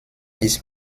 ist